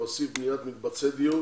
להוסיף בניית מקבצי דיור